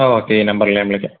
okay ഈ നമ്പറില് ഞാൻ വിളിക്കാം